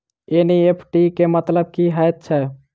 NEFT केँ मतलब की हएत छै?